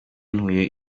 ntuye